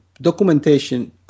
documentation